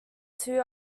two